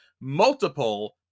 multiple